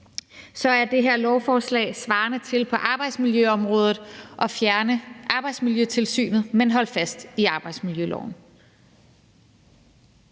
se er det her lovforslag svarende til, at man på arbejdsmiljøområdet fjerner Arbejdstilsynet, men holder fast i arbejdsmiljøloven.